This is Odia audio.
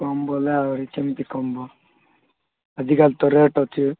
କମ୍ ବୋଲେ ଆହୁରି କେମତି କମିବ ଅଧିକା ତ ରେଟ୍ ଅଛି